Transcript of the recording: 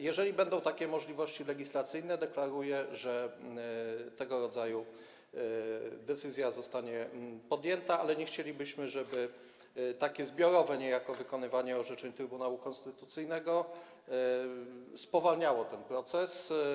Jeżeli będą takie możliwości legislacyjne, deklaruję, że tego rodzaje decyzja zostanie podjęta, ale nie chcielibyśmy, żeby takie niejako zbiorowe wykonywanie orzeczeń Trybunału Konstytucyjnego spowalniało ten proces.